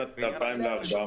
אלי, תודה רבה.